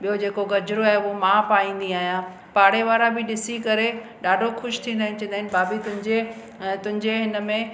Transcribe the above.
ॿियो जेको गजरो आहे उहो मां पाईंदी आहियां पाड़े वारा बि ॾिसी करे ॾाढो ख़ुशि थींदा आहिनि चवंदा आहिनि भाभी तुंहिंजे तुंहिंजे हिनमें